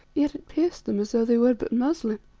yet it pierced them as though they were but muslin.